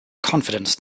confidence